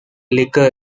liquor